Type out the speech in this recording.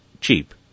cheap